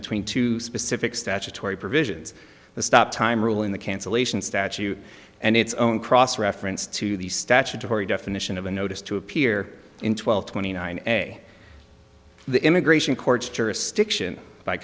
between two specific statutory provisions the stop time rule in the cancellation statute and its own cross reference to the statutory definition of a notice to appear in twelve twenty nine a the immigration court's jurisdiction by